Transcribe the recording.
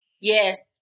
Yes